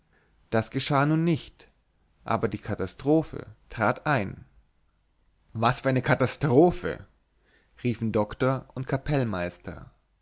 das geschah nun nicht aber die katastrophe trat ein was für eine katastrophe riefen doktor und kapellmeister